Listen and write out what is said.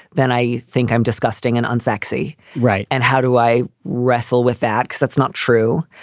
then i think i'm disgusting and unsexy. right. and how do i wrestle with that? that's not true.